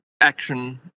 action